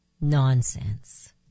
nonsense